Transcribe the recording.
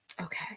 Okay